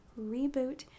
reboot